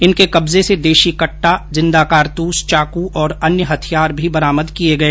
इनके कब्जे से देशी कहा जिंदा कारतुस चाक और अन्य हथियार भी बरामद किए गए